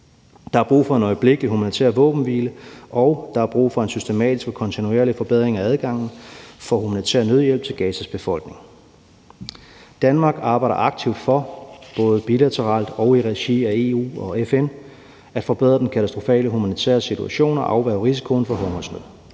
Der er brug for en øjeblikkelig humanitær våbenhvile, og der er brug for en systematisk og kontinuerlig forbedring af adgangen for humanitær nødhjælp til Gazas civilbefolkning. Danmark arbejder aktivt, både bilateralt og i regi af EU og FN, for at forbedre den katastrofale humanitære situation og afværge risikoen for hungersnød.